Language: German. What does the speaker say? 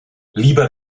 lieber